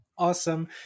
awesome